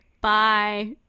Bye